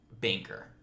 banker